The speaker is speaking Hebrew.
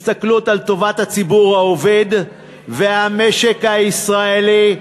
הסתכלות על טובת הציבור העובד והמשק הישראלי,